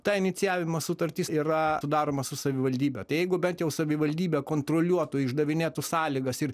ta inicijavimo sutartis yra sudaroma su savivaldybe tai jeigu bent jau savivaldybė kontroliuotų išdavinėtų sąlygas ir